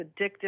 addictive